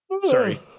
Sorry